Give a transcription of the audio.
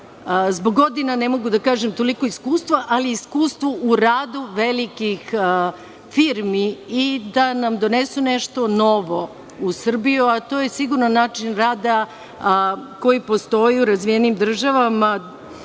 zbog godina ne mogu da kažem, toliko iskustvo, ali iskustvo u radu velikih firmi, kao i da nam donesu nešto novo u Srbiju, a to je siguran način rada koji postoji u razvijenim državama